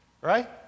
Right